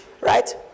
right